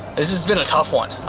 this has been a tough one,